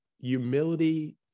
humility